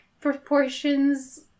proportions